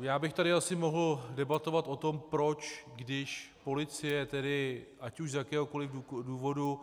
Já bych tady asi mohl debatovat o tom, proč, když policie tedy ať už z jakéhokoli důvodu